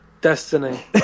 Destiny